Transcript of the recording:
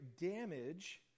damage